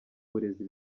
burezi